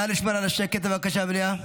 נא לשמור על השקט בבקשה במליאה.